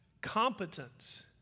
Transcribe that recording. Competence